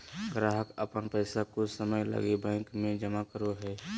ग्राहक अपन पैसा कुछ समय लगी बैंक में जमा करो हइ